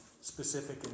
specific